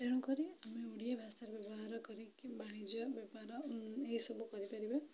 ତେଣୁକରି ଆମ ଓଡ଼ିଆ ଭାଷାକୁ ବ୍ୟବହାର କରିକି ବାଣିଜ୍ୟ ବେପାର ଏସବୁ କରିପାରିବା